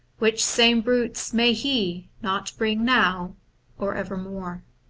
which same brutes may he not bring now or evermore.